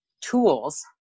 tools